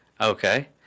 okay